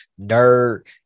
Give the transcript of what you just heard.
nerd